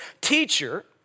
teacher